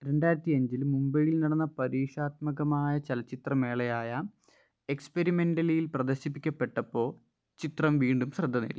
രണ്ടായിരത്തി അഞ്ചില് മുംബൈയിൽ നടന്ന പരീക്ഷണാത്മകമായ ചലച്ചിത്രമേളയായ എക്സ്പെരിമെൻ്റലയിൽ പ്രദർശിപ്പിക്കപ്പെട്ടപ്പോൾ ചിത്രം വീണ്ടും ശ്രദ്ധ നേടി